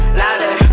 louder